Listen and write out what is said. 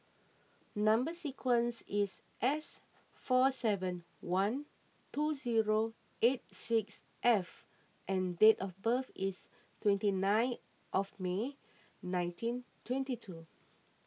Number Sequence is S four seven one two zero eight six F and date of birth is twenty nine of May nineteen twenty two